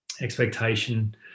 expectation